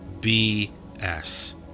BS